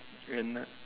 and